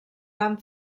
van